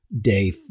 day